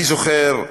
אני זוכר,